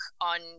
on